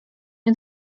nie